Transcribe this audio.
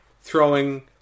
throwing